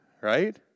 right